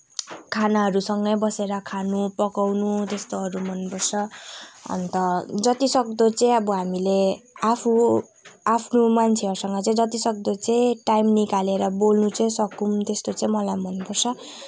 खानाहरू सँगै बसेर खानु पकाउँनु त्यस्तोहरू मनपर्छ अन्त जतिसक्दो चाहिँ अब हामीले आफू आफ्नो मान्छेहरूसँग चाहिँ जतिसक्दो चाहिँ टाइम निकालेर बोल्नु चाहिँ सकौँ त्यस्तो चाहिँ मलाई मन पर्छ